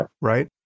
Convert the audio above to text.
right